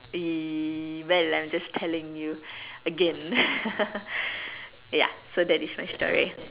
well I'm just telling you again ya so that is my story